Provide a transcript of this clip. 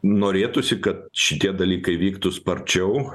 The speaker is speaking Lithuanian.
norėtųsi kad šitie dalykai vyktų sparčiau